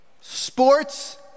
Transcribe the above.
sports